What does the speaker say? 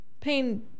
pain